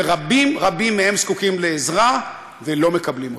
שרבים רבים מהם זקוקים לעזרה ולא מקבלים אותה.